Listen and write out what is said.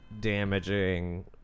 damaging